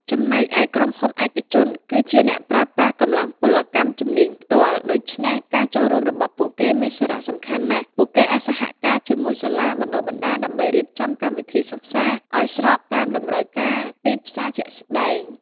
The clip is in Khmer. ចំណែកឯ ក្រុមហ៊ុនឯកជនគឺជាអ្នកប្រើប្រាស់កម្លាំងពលកម្មជំនាញផ្ទាល់ ដូច្នេះការចូលរួមរបស់ពួកគេមានសារៈសំខាន់ណាស់ ពួកគេអាចសហការជាមួយសាលាបណ្តុះបណ្តាលដើម្បីរៀបចំកម្មវិធីសិក្សាឱ្យស្របតាមតម្រូវការទីផ្សារជាក់ស្តែង។